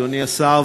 אדוני השר,